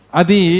adi